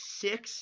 six